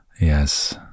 yes